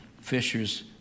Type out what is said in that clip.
fishers